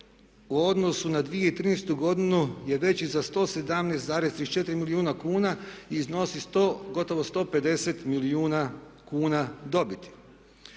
u odnosu na 2013. godinu je veći za 117,34 milijuna kuna i iznosi gotovo 150 milijuna kuna dobiti.